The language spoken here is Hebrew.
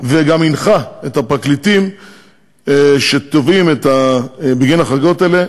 וגם הנחה את הפרקליטים שתובעים בגין החריגות האלה,